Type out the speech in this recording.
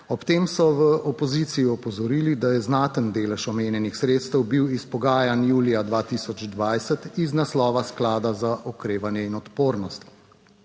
Ob tem so v opoziciji opozorili, da je znaten delež omenjenih sredstev bil izpogajan julija 2020 iz naslova sklada za okrevanje in odpornost,